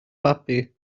babi